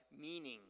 meaning